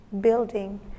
building